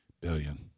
billion